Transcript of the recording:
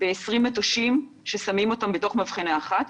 ו-20 מטושים ששמים בתוך מבחנה אחת,